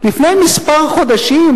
לפני מספר חודשים,